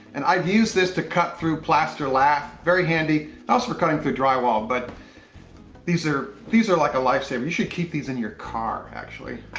and i've used this to cut through plaster lath. very handy. also for cutting through drywall but these are, these are like a lifesaver. you should keep these in your car, actually.